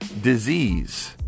disease